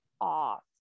off